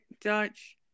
Dutch